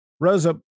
Rosa